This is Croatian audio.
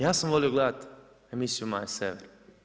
Ja sam volio gledati emisiju Maje Sever.